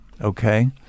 okay